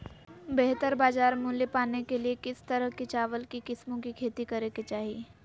बेहतर बाजार मूल्य पाने के लिए किस तरह की चावल की किस्मों की खेती करे के चाहि?